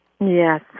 Yes